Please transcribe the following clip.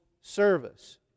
service